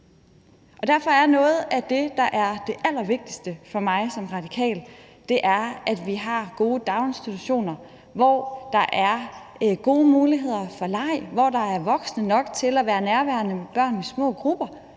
Derfor er noget af det, der er det allervigtigste for mig som radikal, at vi har gode daginstitutioner, hvor der er gode muligheder for leg, hvor der er voksne nok til at være nærværende med børnene i små grupper,